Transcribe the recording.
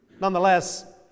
Nonetheless